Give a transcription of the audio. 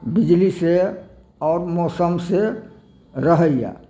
बिजली से आओर मौसम से रहैया